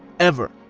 ever.